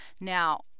Now